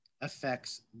affects